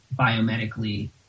biomedically